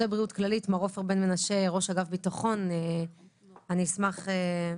-- אגב ספי,